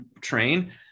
train